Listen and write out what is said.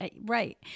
Right